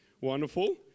wonderful